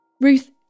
Ruth